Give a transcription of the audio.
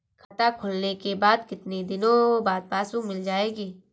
खाता खोलने के कितनी दिनो बाद पासबुक मिल जाएगी?